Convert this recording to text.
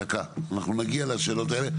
אנחנו נגיע לשאלות האלה.